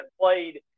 played